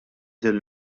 din